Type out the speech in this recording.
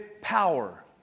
power